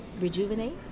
Rejuvenate